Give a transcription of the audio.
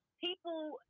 people